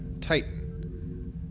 Titan